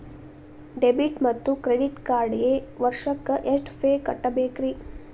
Debit ಮತ್ತು credit ಕಾರ್ಡ್ಗೆ ವರ್ಷಕ್ಕ ಎಷ್ಟ ಫೇ ಕಟ್ಟಬೇಕ್ರಿ?